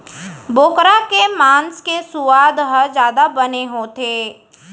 बोकरा के मांस के सुवाद ह जादा बने होथे